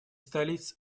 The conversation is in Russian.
столиц